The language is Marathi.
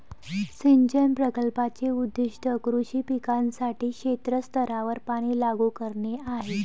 सिंचन प्रकल्पाचे उद्दीष्ट कृषी पिकांसाठी क्षेत्र स्तरावर पाणी लागू करणे आहे